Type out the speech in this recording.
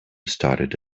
started